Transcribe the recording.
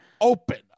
open